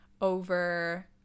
over